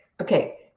okay